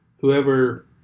Whoever